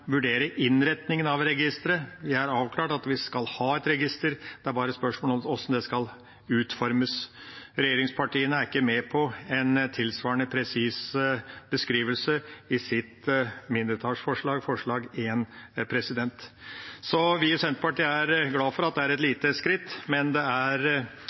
vurdere innretningen av registeret. Vi har avklart at vi skal ha et register; det er bare spørsmål om hvordan det skal utformes. Regjeringspartiene er ikke med på en tilsvarende presis beskrivelse i sitt mindretallsforslag – forslag 1. Vi i Senterpartiet er glade for et lite skritt, men det er